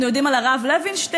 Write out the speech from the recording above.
אנחנו יודעים על הרב לוינשטיין,